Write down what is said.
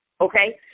okay